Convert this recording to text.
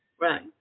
Right